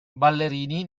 ballerini